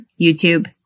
YouTube